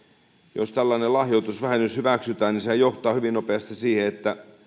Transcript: jos tällainen lahjoitusvähennys hyväksytään sehän johtaa hyvin nopeasti siihen